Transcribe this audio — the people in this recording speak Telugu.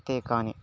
అంతే కానీ